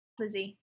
lizzie